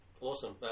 Awesome